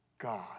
God